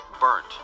burnt